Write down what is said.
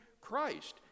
Christ